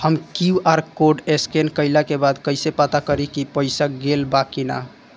हम QR code scan कइला के बाद कइसे पता करि की पईसा गेल बा की न?